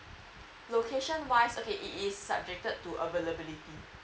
location wise okay it's subjected to availability